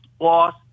loss